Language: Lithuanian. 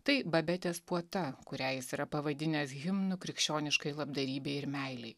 tai babetės puota kurią jis yra pavadinęs himnu krikščioniškai labdarybei ir meilei